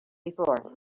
before